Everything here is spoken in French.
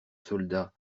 soldats